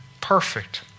perfect